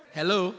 hello